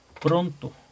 pronto